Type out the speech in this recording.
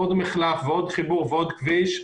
עוד מחלף ועוד חיבור ועוד כביש,